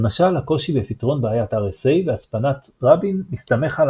למשל הקושי בפתרון בעיית RSA והצפנת רבין מסתמך על